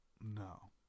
no